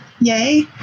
Yay